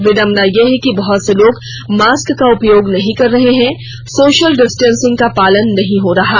विडम्बना है कि बहुत से लोग मास्क का उपयोग नहीं कर रहे हैं सोशल डिस्टेसिंग का पालन नहीं हो रहा है